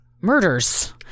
murders